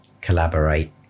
collaborate